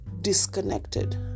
disconnected